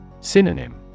Synonym